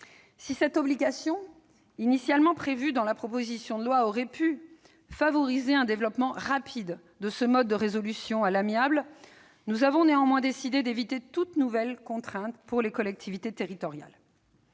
Si cette obligation, initialement prévue dans la proposition de loi, pouvait favoriser un développement rapide de ce mode de résolution à l'amiable, nous avons décidé d'éviter toute nouvelle contrainte pour les collectivités territoriales.